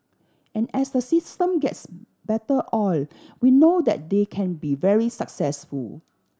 and as the system gets better oiled we know that they can be very successful